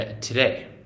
today